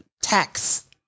tax